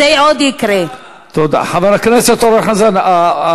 תודה רבה.